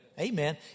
Amen